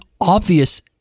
obvious